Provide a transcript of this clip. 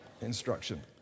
instruction